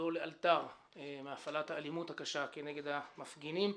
לחדול לאלתר מהפעלת האלימות הקשה כנגד המפגינים.